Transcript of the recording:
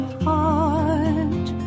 heart